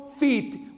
feet